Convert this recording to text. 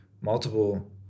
multiple